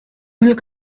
müll